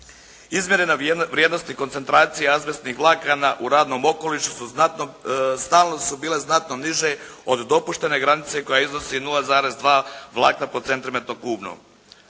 Izmjerena vrijednost i koncentracija azbestnih vlakana u radnom okolišu stalno su bile znatno niže od dopuštene granice koja iznosi 0,2 vlakna po centimetru kubnom.